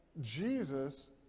Jesus